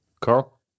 Carl